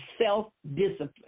self-discipline